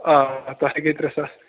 آ تتھ ہے گٔے ترٛےٚ ساس